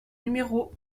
numéro